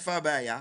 איפה הבעיה?